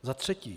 Za třetí.